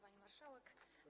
Pani Marszałek!